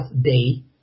day